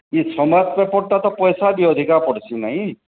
ଇ ସମାଜ ପେପର୍ଟା ତ ପଇସା ବି ଅଧିକା ପଡ଼୍ସି ନାଇଁ